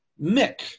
Mick